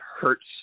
hurts